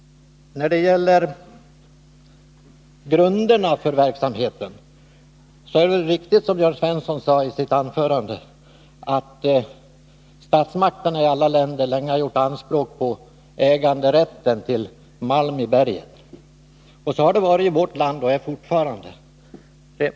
När det gäller grunderna för verksamheten är det viktigt, som Jörn Svensson sade i sitt anförande, att statsmakterna i alla länder länge har gjort anspråk på äganderätten till malmen i bergen. Så har det varit i vårt land och så är det fortfarande.